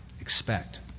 expect